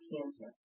cancer